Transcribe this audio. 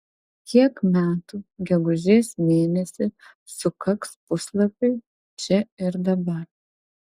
kiek metų gegužės mėnesį sukaks puslapiui čia ir dabar